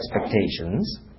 expectations